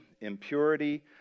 impurity